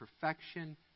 perfection